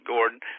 Gordon